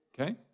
Okay